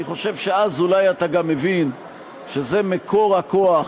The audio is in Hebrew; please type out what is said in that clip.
אני חושב שאז אולי אתה גם מבין שזה מקור הכוח,